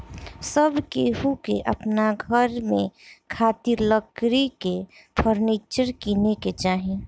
सब केहू के अपना घर में खातिर लकड़ी के फर्नीचर किने के चाही